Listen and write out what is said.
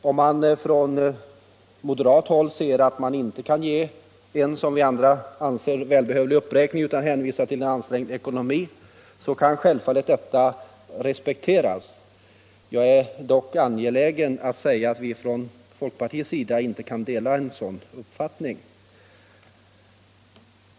Om man på moderat håll tycker att man inte kan göra en, som vi andra anser, välbehövlig uppräkning utan hänvisar till en ansträngd ekonomi, så kan självfallet detta respekteras. Jag är dock angelägen att säga att vi från folkpartiet inte delar den uppfattningen.